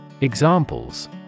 Examples